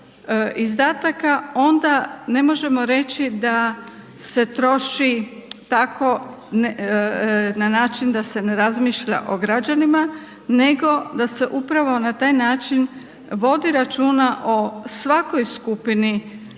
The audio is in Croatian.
izdataka, onda ne možemo reći da se troši tako na način da se ne razmišlja o građanima nego da se upravo na taj način vodi računa o svakoj skupini građana